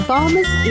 Farmers